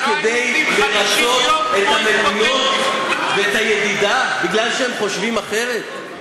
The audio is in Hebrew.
רק כדי לרַצות את המדינות ואת הידידה בגלל שהם חושבים אחרת?